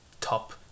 top